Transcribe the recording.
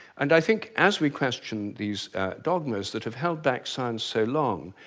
and i think as we question these dogmas that have held back science so long,